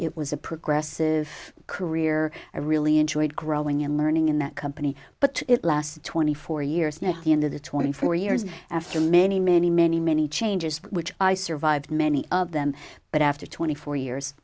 it was a progressive career i really enjoyed growing and learning in that company but it lasted twenty four years now into the twenty four years after many many many many changes which i survived many of them but after twenty four years